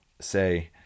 say